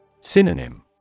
Synonym